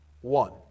one